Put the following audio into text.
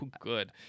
good